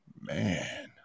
man